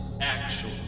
actual